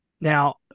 Now